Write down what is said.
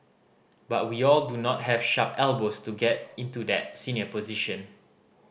but we all do not have sharp elbows to get into that senior position